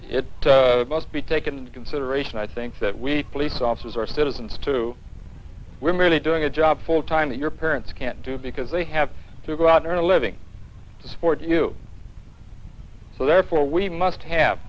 it must be taken into consideration i think that we police officers are citizens too we're merely doing a job full time that your parents can't do because they have to go out and earn a living to support you so therefore we must have